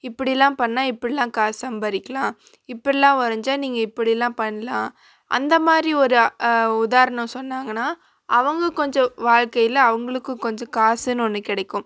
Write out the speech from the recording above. இப்படிலாம் பண்ணால் இப்படிலாம் காசு சம்பாதிக்கிலாம் இப்படிலாம் வரைஞ்சா நீங்கள் இப்படிலாம் பண்ணலாம் அந்தமாதிரி ஒரு உதாரணம் சொன்னாங்கனால் அவங்க கொஞ்சம் வாழ்க்கையில் அவங்களுக்கும் கொஞ்சம் காசுன்னு ஒன்று கிடைக்கும்